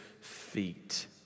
feet